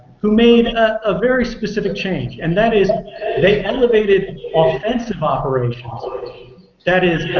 who made a very specific change. and that is they elevated offensive operations, ah that is yeah